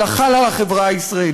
אלא חל על החברה הישראלית.